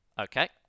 Okay